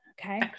okay